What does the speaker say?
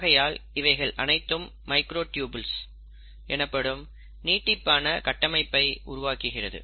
ஆகையால் இவைகள் அனைத்தும் மைக்ரோட்யூபில்ஸ் எனப்படும் நீட்டிப்பான கட்டமைப்பை உருவாக்குகிறது